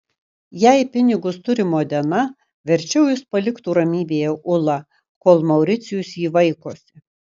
jei pinigus turi modena verčiau jis paliktų ramybėje ulą kol mauricijus jį vaikosi